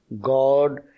God